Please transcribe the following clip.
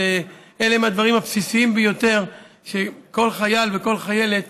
אלה הדברים הבסיסיים ביותר שמגיעים לכל חייל ולכל חיילת.